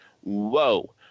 whoa